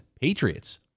Patriots